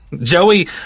joey